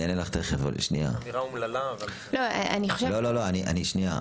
אמירה אומללה, אבל --- שנייה.